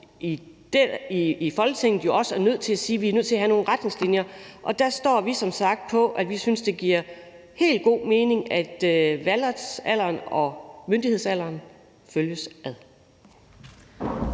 til at sige, at vi er nødt til at have nogle retningslinjer. Der står vi som sagt på, at det giver helt god mening, at valgretsalderen og myndighedsalderen følges ad.